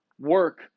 work